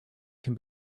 can